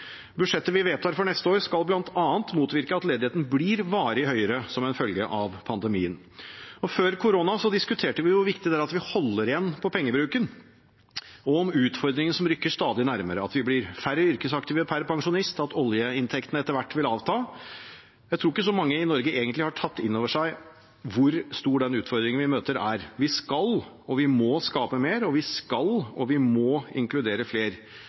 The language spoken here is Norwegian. Budsjettet vi vedtar for neste år, skal bl.a. motvirke at ledigheten blir varig høyere som følge av pandemien. Før korona diskuterte vi hvor viktig det er at vi holder igjen på pengebruken, og utfordringene som rykker stadig nærmere, at vi blir stadig færre yrkesaktive per pensjonist, og at oljeinntektene etter hvert vil avta. Jeg tror ikke så mange i Norge egentlig har tatt inn over seg hvor stor den utfordringen vi møter, er. Vi skal og vi må skape mer, og vi skal og vi må inkludere flere.